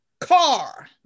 car